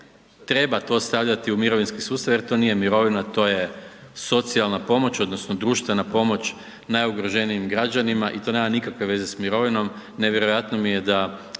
treba to stavljati u mirovinski sustav jer to nije mirovina, to je socijalna pomoć odnosno društvena pomoć najugroženijim građanima i to nema nikakve veze s mirovinom,